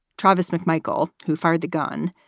travis mcmichael, who fired the gun,